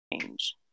change